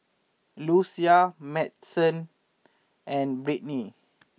Lucia Madyson and Brittnie